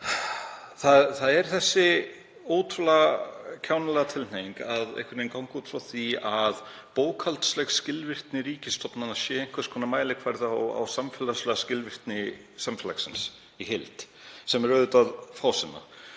Það er ótrúlega kjánaleg tilhneiging að ganga út frá því að bókhaldsleg skilvirkni ríkisstofnana sé einhvers konar mælikvarði á samfélagslega skilvirkni samfélagsins í heild. Það er auðvitað fásinna.